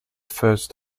first